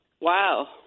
Wow